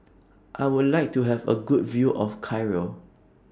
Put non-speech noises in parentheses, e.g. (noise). (noise) I Would like to Have A Good View of Cairo